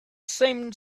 seemed